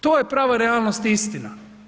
To je prava realnost i istina.